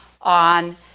on